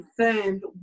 confirmed